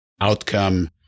outcome